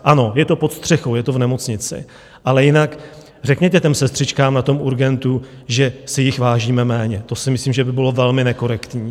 Ano, je to pod střechou, je to v nemocnici, ale jinak, řekněte sestřičkám na urgentu, že si jich vážíme méně, to si myslím, že by bylo velmi nekorektní.